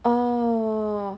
oh